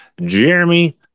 jeremy